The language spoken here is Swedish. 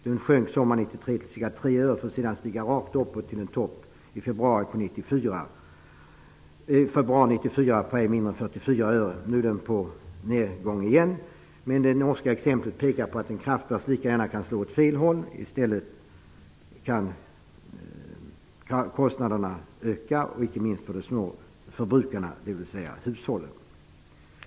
Den sjönk sommaren 1993 till ca 3 öre för att sedan stiga rakt uppåt till en topp i februari 1994 på ej mindre än 44 öre. Nu är den nere igen, men det norska exemplet pekar på att en kraftbörs lika gärna kan slå åt fel håll. Kostnaderna kan öka, inte minst för de små förbrukarna d.v.s. huhållen.